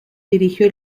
dirigió